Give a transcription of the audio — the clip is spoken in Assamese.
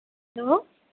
হেল্ল'